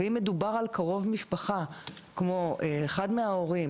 ואם מדובר על קרוב משפחה כמו אחד מההורים,